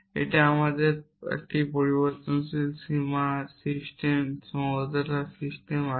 এখন আমাদের একটি পরিবর্তনশীল সিস্টেম সীমাবদ্ধতা সিস্টেম আছে